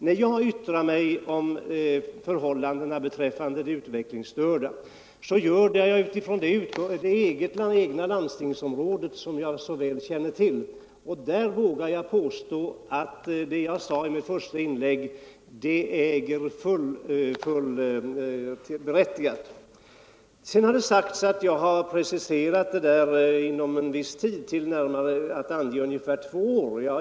När jag yttrar mig om förhållandena för de utvecklingsstörda gör jag det med utgångspunkt i mitt eget landstingsområde, som jag väl känner till. Jag vågar påstå att vad jag sade i mitt första inlägg är helt berättigat. Sedan har det sagts att jag preciserat mig och angett tidpunkten för en översyn till om ungefär två år.